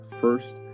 first